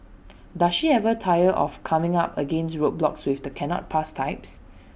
does she ever tire of coming up against roadblocks with the cannot work types